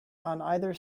either